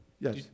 Yes